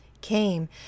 came